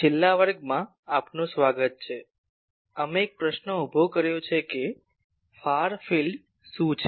છેલ્લા વર્ગમાં આપનું સ્વાગત છે અમે એક પ્રશ્ન ઊભો કર્યો છે કે ફાર ફિલ્ડ શું છે